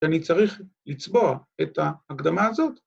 ‫אני צריך לצבוע את ההקדמה הזאת.